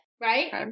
right